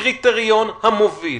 הקריטריון המוביל